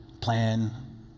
plan